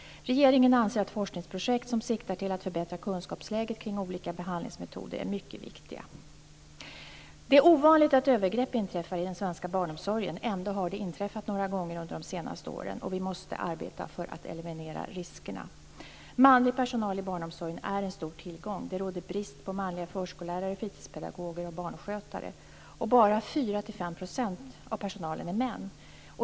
Regeringen anser att forskningsprojekt som siktar till att förbättra kunskapsläget kring olika behandlingsmetoder är mycket viktiga. 3. Det är ovanligt att övergrepp inträffar i den svenska barnomsorgen. Ändå har det inträffat några gånger under de senaste åren. Vi måste arbeta för att eliminera riskerna. Manlig personal i barnomsorgen är en stor tillgång. Det råder brist på manliga förskollärare, fritidspedagoger och barnskötare. Bara 4-5 % av personalen är män.